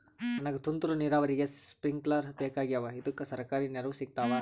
ನನಗ ತುಂತೂರು ನೀರಾವರಿಗೆ ಸ್ಪಿಂಕ್ಲರ ಬೇಕಾಗ್ಯಾವ ಇದುಕ ಸರ್ಕಾರಿ ನೆರವು ಸಿಗತ್ತಾವ?